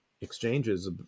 exchanges